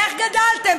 איך גדלתם?